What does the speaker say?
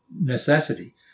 necessity